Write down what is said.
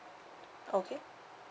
okay